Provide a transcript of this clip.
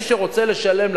מי שרוצה לשלם,